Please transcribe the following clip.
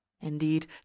indeed